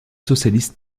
socialiste